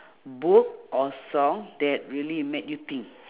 book or song that really made you think